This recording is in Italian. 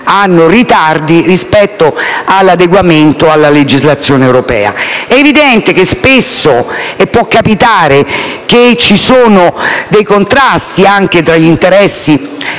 maggiori ritardi rispetto all'adeguamento alla legislazione europea. È evidente che può capitare che ci siano dei contrasti tra gli interessi